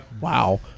Wow